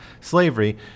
slavery